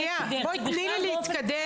שנייה, בואי תני לי להתקדם.